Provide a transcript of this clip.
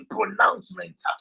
pronouncement